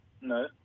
No